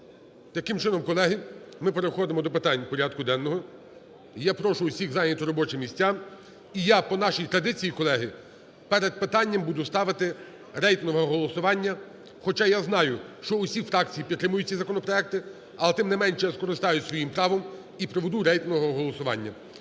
Таким чином, колеги, ми переходимо до питань порядку денного. Я прошу усіх зайняти робочі місця, і я по нашій традиції, колеги, перед питанням буду ставити рейтингове голосування, хоча я знаю, що усі фракції підтримують ці законопроекти, але тим не менше я скористаюся своїм правом і проведу рейтингове голосування.